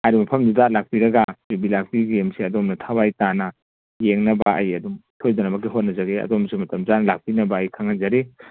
ꯍꯥꯏꯔꯤꯕ ꯃꯐꯝꯗꯨꯗ ꯂꯥꯛꯄꯤꯔꯒ ꯌꯨꯕꯤ ꯂꯥꯛꯄꯤ ꯒꯦꯝꯁꯦ ꯑꯗꯣꯝꯅ ꯊꯋꯥꯏ ꯇꯥꯅ ꯌꯦꯡꯅꯕ ꯑꯩ ꯑꯗꯨꯝ ꯁꯣꯏꯗꯅꯃꯛꯀꯤ ꯍꯣꯠꯅꯖꯒꯦ ꯑꯗꯣꯝꯁꯨ ꯃꯇꯝ ꯆꯥꯅ ꯂꯥꯛꯄꯤꯅꯕ ꯑꯩ ꯈꯪꯍꯟꯖꯔꯤ